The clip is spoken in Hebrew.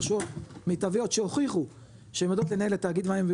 רשויות מיטביות שהוכיחו שהן יודעות לנהל את תאגיד מים,